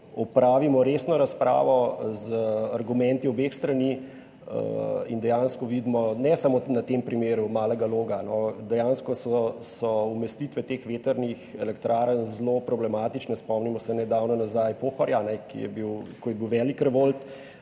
opravimo resno razpravo z argumenti obeh strani in dejansko vidimo ne samo na tem primeru Malega Loga, dejansko so umestitve teh vetrnih elektrarn zelo problematične. Spomnimo se nedavno nazaj Pohorja, ko je bil velik revolt.